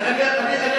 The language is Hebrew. אל תהפוך את זה